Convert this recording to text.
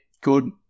good